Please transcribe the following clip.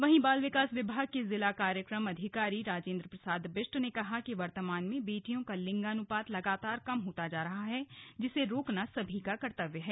वहीं बाल विकास विभाग के जिला कार्यक्रम अधिकारी राजेंद्र प्रसाद बिष्ट ने कहा कि वर्तमान में बेटियों का लिंगानुपात लगातार कम होता जा रहा है जिसे रोकना सभी का कर्तव्य है